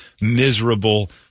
miserable